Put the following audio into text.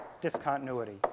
discontinuity